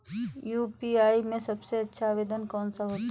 UPI में सबसे अच्छा आवेदन कौन सा होता है?